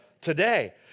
today